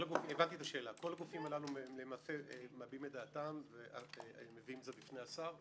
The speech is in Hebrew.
כי הגופים הללו מביעים דעתם ומביאים את זה בפני השר.